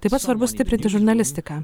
taip pat svarbu stiprinti žurnalistiką